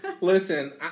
listen